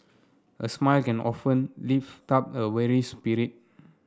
a smile can often lift up a weary spirit